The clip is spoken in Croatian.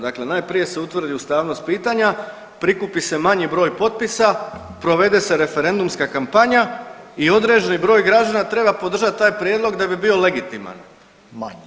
Dakle, najprije se utvrdi ustavnost pitanja, prikupi se manji broj potpisa, provede se referendumska kampanja i određeni broj građana treba podržati taj prijedlog da bi bio legitiman, manji.